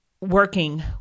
working